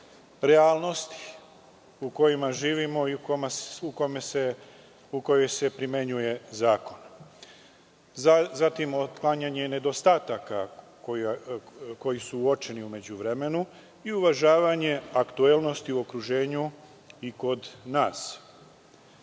realnosti u kojima živimo i u kojoj se primenjuje zakon, otklanjanje nedostataka koji su u međuvremenu uočeni i uvažavanje aktuelnosti u okruženju i kod nas.